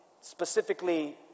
specifically